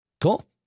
Cool